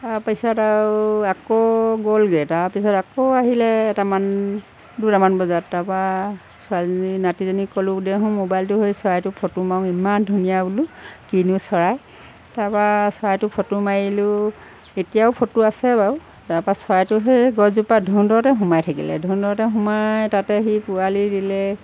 তাৰপিছত আৰু আকৌ গ'লগৈ তাৰপিছত আকৌ আহিলে এটামান দুটামান বজাত তাৰপা ছোৱালীজনী নাতিজনীক ক'লোঁ দেচোন মোবাইলটো সেই চৰাইটো ফটো মাৰো ইমান ধুনীয়া বোলোঁ কিনো চৰাই তাৰপা চৰাইটো ফটো মাৰিলোঁ এতিয়াও ফটো আছে বাৰু তাৰপা চৰাইটো সেই গছজোপা ধোন্দৰতে সোমাই থাকিলে ধুন্দৰতে সোমাই তাতে সি পোৱালি দিলে